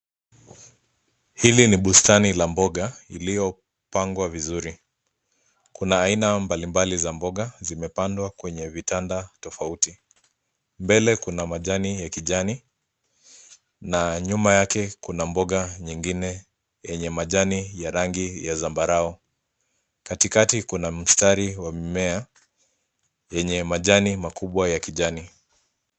Hili ni bustani ya mboga iliyopangwa vizuri. Kuna aina mbali mbali za mboga zimepandwa kwenye vitanda tofauti. Mbele kuna majani ya kijani na nyuma yake kuna mboga nyingine yenye majani ya rangi ya zambarau. Katikati kuna mstari wa mimea yenye majani makubwa ya kijani.